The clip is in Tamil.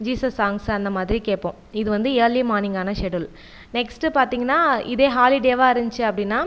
ஜீசஸ் சாங்ஸ் அந்த மாதிரி கேட்போம் இது வந்து ஏர்லி மார்னிங்கான ஷெடுல் நெக்ஸ்ட் பார்த்தீங்கனா இதே ஹாலிடேவாக இருஞ்சு அப்படினா